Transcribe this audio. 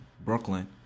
Brooklyn